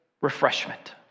refreshment